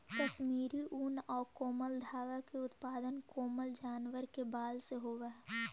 कश्मीरी ऊन आउ कोमल धागा के उत्पादन कोमल जानवर के बाल से होवऽ हइ